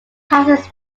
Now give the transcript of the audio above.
passes